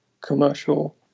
commercial